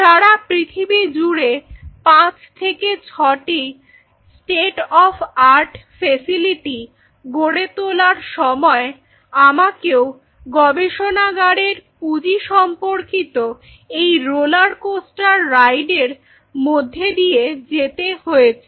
সারা পৃথিবী জুড়ে 5 থেকে 6 টি স্টেট অফ আর্ট ফেসিলিটি গড়ে তোলার সময় আমাকেও গবেষণাগারের পুঁজি সম্পর্কিত এই রোলার কোস্টার রাইড এর মধ্যে দিয়ে যেতে হয়েছে